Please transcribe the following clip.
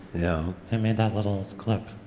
you know and made that little clip.